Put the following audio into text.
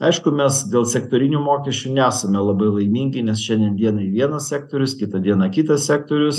aišku mes dėl sektorinių mokesčių nesame labai laimingi nes šiandien dienai vienas sektorius kitą dieną kitas sektorius